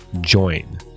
join